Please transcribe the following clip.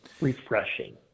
refreshing